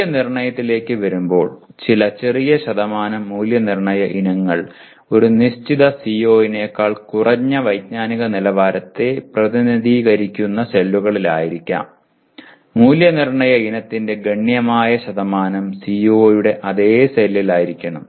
മൂല്യനിർണ്ണയത്തിലേക്ക് വരുമ്പോൾ ചില ചെറിയ ശതമാനം മൂല്യനിർണ്ണയ ഇനങ്ങൾ ഒരു നിശ്ചിത CO നേക്കാൾ കുറഞ്ഞ വൈജ്ഞാനിക നിലവാരത്തെ പ്രതിനിധീകരിക്കുന്ന സെല്ലുകളിലായിരിക്കാം മൂല്യനിർണ്ണയ ഇനത്തിന്റെ ഗണ്യമായ ശതമാനം CO യുടെ അതേ സെല്ലിലായിരിക്കണം